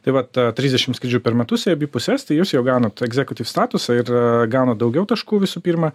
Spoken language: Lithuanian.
tai vat trisdešim skrydžių per metus į abi puses tai jūs jau gaunat egzekutiv statusą ir gaunat daugiau taškų visų pirma